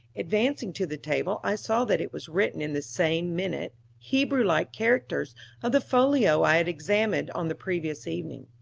advancing to the table, i saw that it was written in the same minute, hebrew-like characters of the folio i had examined on the previous evening.